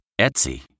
Etsy